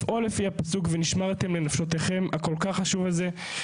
לפעול לפי הפסוק "ונשמרתם לנפשותיכם" הכל כך חשוב הזה.